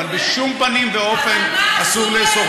אבל בשום פנים ואופן אסור לאסור,